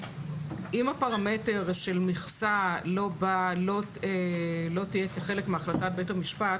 אם הפרמטרים של מכסה לא יהיה כחלק מהחלטת בית המשפט,